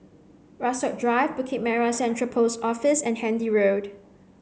Rasok Drive Bukit Merah Central Post Office and Handy Road